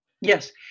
Yes